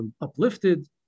uplifted